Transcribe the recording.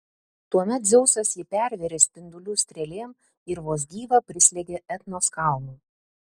tuomet dzeusas jį pervėrė spindulių strėlėm ir vos gyvą prislėgė etnos kalnu